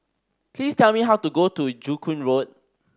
please tell me how to get to Joo Koon Road